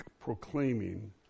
proclaiming